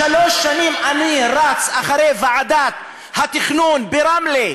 שלוש שנים אני רץ אחרי ועדת התכנון ברמלה,